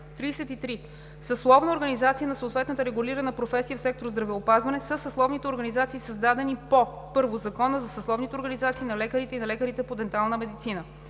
33. „Съсловна организация на съответната регулирана професия в сектор „Здравеопазване“ са съсловните организации създадени по: 1. Закона за съсловните организации на лекарите и на лекарите по дентална медицина.